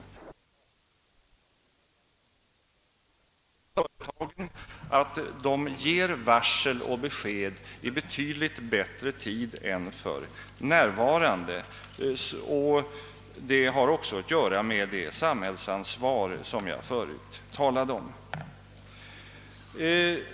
Ett rimligt krav som måste ställas på företagen är att de varslar om arbetsnedläggelser och lämnar besked betydligt längre tid i förväg än som är brukligt för närvarande. Detta har också att göra med det samhällsansvar som jag förut talade om.